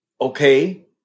okay